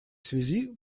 связи